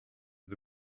the